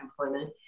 employment